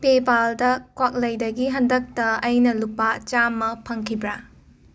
ꯄꯦꯄꯥꯜꯇ ꯀ꯭ꯋꯥꯛꯂꯩꯗꯒꯤ ꯍꯟꯗꯛꯇ ꯑꯩꯅ ꯂꯨꯄꯥ ꯆꯥꯝꯃ ꯐꯪꯈꯤꯕꯔꯥ